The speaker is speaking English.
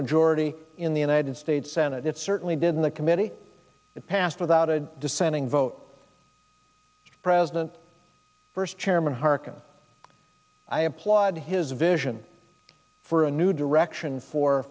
majority in the united states senate it certainly did in the committee it passed without a dissenting vote president first chairman harkin i applaud his vision for a new direction for